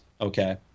Okay